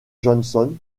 johnson